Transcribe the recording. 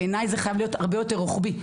בעיניי זה חייב להיות הרבה יותר רוחבי,